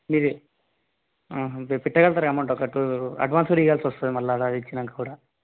మీది అంటే పెట్టగల్తరు కదా అమౌంట్ ఒక టు అడ్వాన్సులు ఇయ్యాల్సి వస్తుంది మళ్ళీ ఇచ్చినాక కూడా